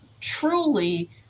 truly